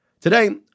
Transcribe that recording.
Today